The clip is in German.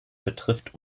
betrifft